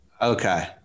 Okay